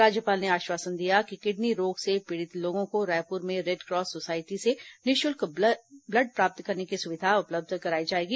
राज्यपाल ने आश्वासन दिया कि किडनी रोग से पीड़ित लोगों को रायपुर में रेडक्रास सोसायटी से निःशुल्क ब्लड प्राप्त करने की सुविधा उपलब्ध कराई जाएगी